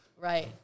Right